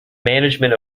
management